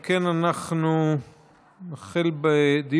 אם כן, אנחנו נתחיל בדיון.